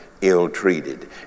ill-treated